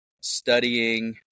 studying